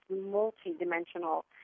multi-dimensional